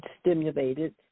stimulated